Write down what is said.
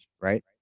right